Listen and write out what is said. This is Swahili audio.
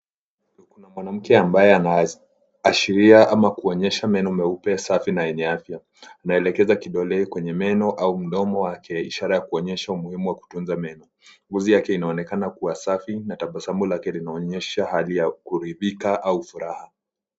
Kuna mwanamke ambaye anaashiria ama kuonyesha meno meupe, safi na yenye afya. Anaelekeza kidole kwenye meno au mdomo wake ishara ya kuonyesha umuhimu wa kutunza meno. Ngozi yake inaonekana kuwa safi na tabasamau lake linaonyesha hali ya kuridhika au furaha.